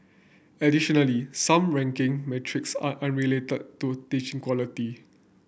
additionally some ranking metrics are unrelated to teaching quality